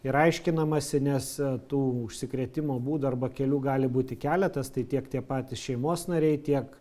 ir aiškinamasi nes tų užsikrėtimo būdų arba kelių gali būti keletas tai tiek tie patys šeimos nariai tiek